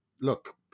Look